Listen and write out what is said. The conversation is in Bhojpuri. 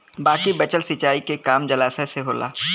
बाकी बचल सिंचाई के काम जलाशय से होला